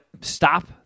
stop